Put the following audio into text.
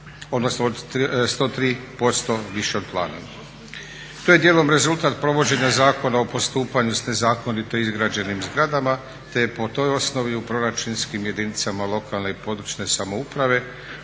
se ne razumije./…. To je dijelom rezultat provođenja Zakona o postupanju sa nezakonito izgrađenim zgradama te je po toj osnovi u proračunskim jedinicama lokalne i područne samouprave